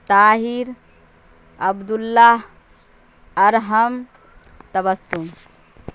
Tahir Abdullah Arham Tabassum